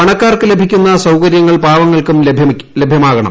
പണക്കാ ർക്ക് ലഭിക്കുന്ന സൌകര്യങ്ങൾ പാവങ്ങൾക്കും ലഭിക്കണം